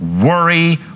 worry